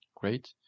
great